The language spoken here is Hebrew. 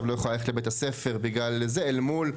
לא יכולה ללכת לבית ספר בגלל זה אל מול,